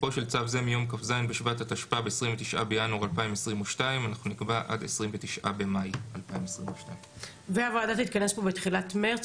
תוקפו של צו זה מיום כ"ז בשבט התשפ"ב (29 בינואר 2022). אנחנו נקבע עד 29 במאי 2022. הוועדה תתכנס פה בתחילת מרץ,